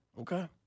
Okay